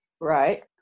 Right